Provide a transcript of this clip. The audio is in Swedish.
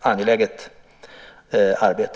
angeläget arbete.